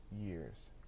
years